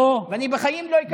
ואני בחיים לא אקבל את זה.